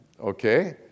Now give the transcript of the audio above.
okay